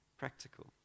practical